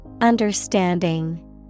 Understanding